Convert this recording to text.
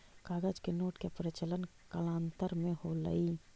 कागज के नोट के प्रचलन कालांतर में होलइ